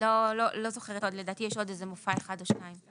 לא זוכרת עוד, לדעתי יש עוד מופע אחד או שניים.